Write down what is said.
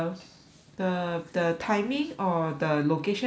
is it because the the the timing or the location I mean the